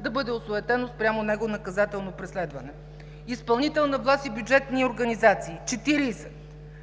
да бъде осуетено спрямо него наказателно преследване. Изпълнителна власт и бюджетни организации – 40